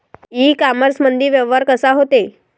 इ कामर्समंदी व्यवहार कसा होते?